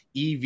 EV